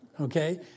Okay